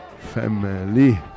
family